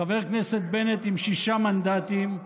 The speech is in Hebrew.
חבר הכנסת בנט, עם שישה מנדטים,